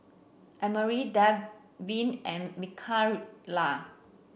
Emery Dalvin and Mikaila